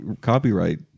copyright